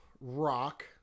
rock